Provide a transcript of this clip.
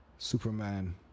Superman